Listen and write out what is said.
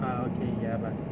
uh okay ya but